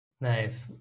Nice